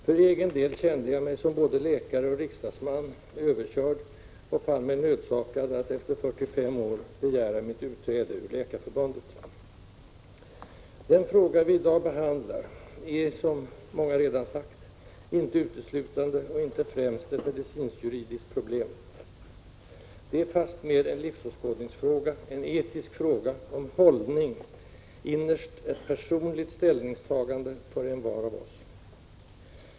För egen del kände jag mig som både läkare och riksdagsman ”överkörd” och fann mig nödsakad att efter 45 år begära mitt utträde ur Läkarförbundet. Den fråga vi i dag behandlar är, som många redan sagt, inte uteslutande och inte främst ett medicinskt-juridiskt problem. Det är fastmer en livsåskådningsfråga, en etisk fråga om ”hållning”, innerst ett personligt ställningstagande för envar av oss.